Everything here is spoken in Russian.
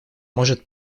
может